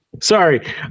sorry